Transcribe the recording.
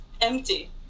empty